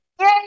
Yay